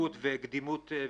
דחיפות וקדימות.